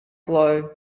clough